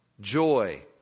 joy